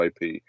IP